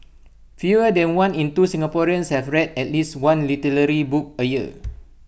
fewer than one in two Singaporeans have read at least one literary book A year